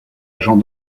agent